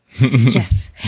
Yes